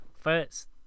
First